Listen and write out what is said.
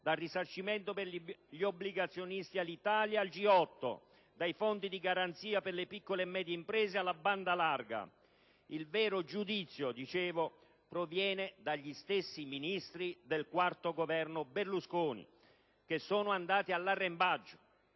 dal risarcimento per gli obbligazionisti Alitalia al G8, dai fondi di garanzia per le piccole e medie imprese alla banda larga) proviene dagli stessi Ministri del quarto Governo Berlusconi, che sono andati all'arrembaggio.